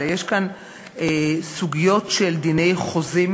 אלא יש כאן סוגיות של דיני חוזים,